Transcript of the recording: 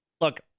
look